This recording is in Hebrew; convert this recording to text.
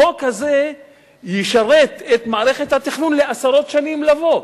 החוק הזה ישרת את מערכת התכנון לעשרות שנים לבוא.